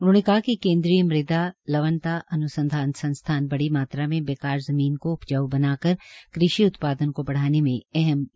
उन्होंने कहा कि केन्द्रीय मृदा लवणता अनुसंधान संस्थान बड़ी मात्रा में बेकार ज़मीन को उपजाऊ बनाकर कृषि उत्पादन को बढ़ाने में अहम योगदान दिया है